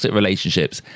relationships